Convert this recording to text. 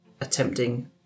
attempting